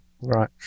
Right